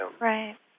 Right